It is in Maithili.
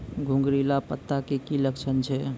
घुंगरीला पत्ता के की लक्छण छै?